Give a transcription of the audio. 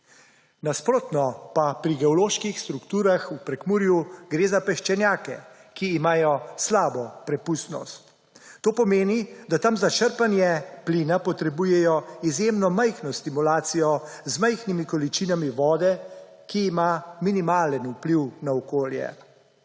Nasprotno pa pri geoloških strukturah v Prekmurju gre za peščenjake, ki imajo slabo prepustnost. To pomeni, da tam za črpanje plina potrebujejo izjemno majhno stimulacijo z majhnimi količinami vode, ki ima minimalen vpliv na okolje.